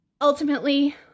ultimately